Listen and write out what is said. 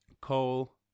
Coal